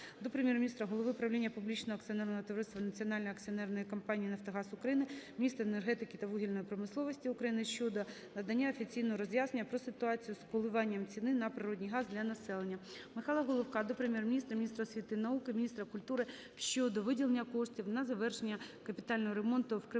акціонерної компанії "Нафтогаз України", міністра енергетики та вугільної промисловості України щодо надання офіційного роз'яснення про ситуацію з коливанням ціни на природний газ для населення. Михайла Головка до Прем'єр-міністра, міністра освіти і науки, міністра культури щодо виділення коштів на завершення капітального ремонту в